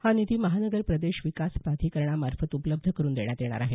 हा निधी महानगर प्रदेश विकास प्राधिकरणामार्फत उपलब्ध करुन देण्यात येणार आहे